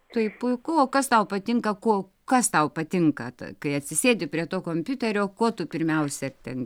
tai puiku o kas tau patinka ko kas tau patinka t kai atsisėdi prie to kompiuterio ko tu pirmiausia ten